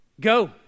go